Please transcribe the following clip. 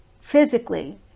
physically